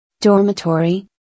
Dormitory